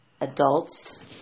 adults